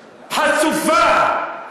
חצופה.